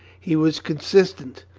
he was consistent,